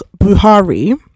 Buhari